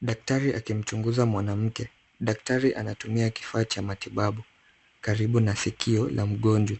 Daktari akimchunguza mwanamke. Daktari anatumia kifaa cha matibabu karibu na sikio la mgonjwa.